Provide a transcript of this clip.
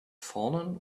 fallen